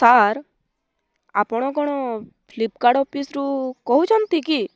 sir ଆପଣ କ'ଣ Flipkart ଅଫିସ୍ରୁ କହୁଛନ୍ତି କି